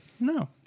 No